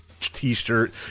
t-shirt